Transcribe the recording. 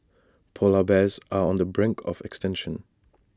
Polar Bears are on the brink of extinction